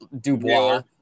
Dubois